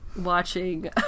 watching